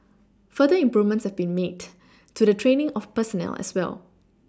further improvements have been made to the training of personnel as well